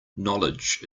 knowledge